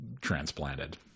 Transplanted